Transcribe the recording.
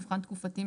מבחן תקופתי,